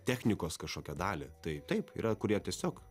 technikos kažkokią dalį tai taip yra kurie tiesiog